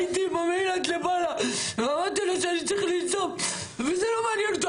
הייתי בניידת למעלה ואמרתי לו שאני צריך לנשום וזה לא מעניין אותו.